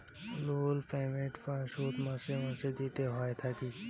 loan payment বা শোধ মাসে মাসে দিতে হই থাকি